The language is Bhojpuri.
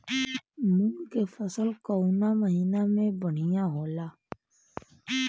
मुँग के फसल कउना महिना में बढ़ियां होला?